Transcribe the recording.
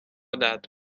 درد